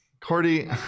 Cordy